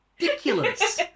ridiculous